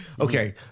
Okay